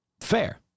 Fair